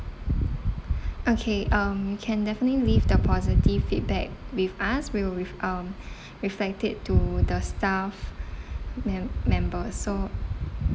okay um you can definitely leave the positive feedback with us we will ref~ um reflect it to the staff mem~ member so